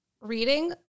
reading